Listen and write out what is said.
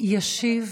ישיב